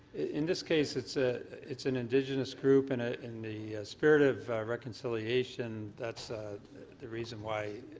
in this case it's ah it's an indigenous group in ah in the spirit of reconciliation that's the reason why